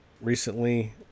recently